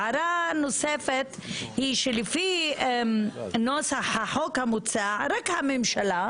הערה נוספת היא שלפי נוסח החוק המוצע רק הממשלה,